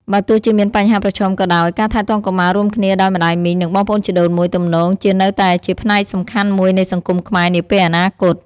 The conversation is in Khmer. បើទោះជាមានបញ្ហាប្រឈមក៏ដោយ ការថែទាំកុមាររួមគ្នាដោយម្ដាយមីង និងបងប្អូនជីដូនមួយទំនងជានៅតែជាផ្នែកសំខាន់មួយនៃសង្គមខ្មែរនាពេលអនាគត។